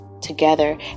together